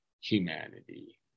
humanity